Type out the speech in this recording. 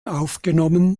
aufgenommen